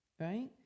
right